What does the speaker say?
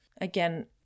Again